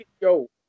Yo